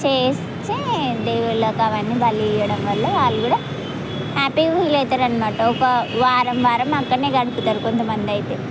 చేస్తే దేవుళ్ళకు అవన్నీ బలి ఇవ్వడం వల్ల వాళ్ళు కూడా హ్యాపీగా ఫీల్ అవుతారు అన్నమాట ఒక వారం వారం అక్కడ గడుపుతారు కొంతమంది అయితే